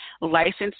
licensed